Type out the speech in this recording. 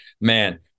man